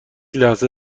لحظه